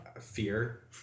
fear